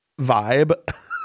vibe